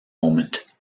moment